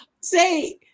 say